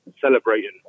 celebrating